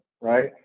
Right